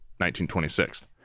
1926